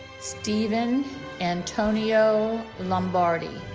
stephen antonio lombardi